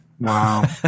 Wow